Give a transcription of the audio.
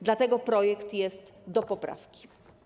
Dlatego projekt jest do poprawki.